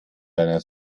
deiner